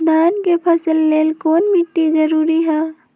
धान के फसल के लेल कौन मिट्टी जरूरी है?